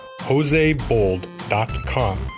josebold.com